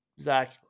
zach